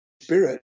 Spirit